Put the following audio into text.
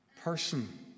person